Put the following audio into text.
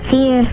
Fear